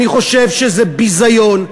אני חושב שזה ביזיון,